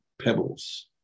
pebbles